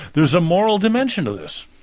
there's a moral dimension to this!